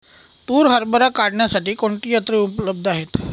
तूर हरभरा काढण्यासाठी कोणती यंत्रे उपलब्ध आहेत?